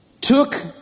took